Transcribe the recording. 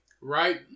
Right